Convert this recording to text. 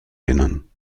erinnern